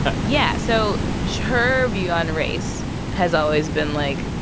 but yeah, so her view on race has always been, like,